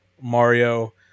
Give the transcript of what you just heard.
Mario